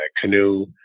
canoe